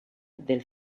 del